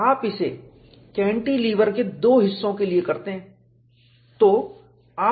और आप इसे केंटिलीवर के दो हिस्सों के लिए करते हैं